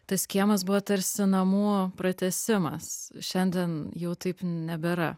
tas kiemas buvo tarsi namu pratęsimas šiandien jau taip nebėra